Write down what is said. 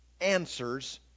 answers